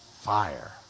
fire